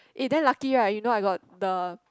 eh then lucky right you know I got the